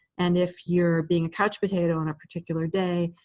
and if you're being a couch potato on a particular day,